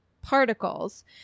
Particles